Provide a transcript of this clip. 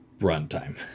runtime